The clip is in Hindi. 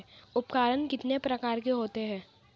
उपकरण कितने प्रकार के होते हैं?